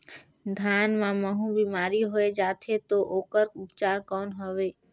धान मां महू बीमारी होय जाथे तो ओकर उपचार कौन हवे?